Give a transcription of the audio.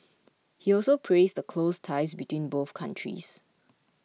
he also praised the close ties between both countries